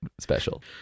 special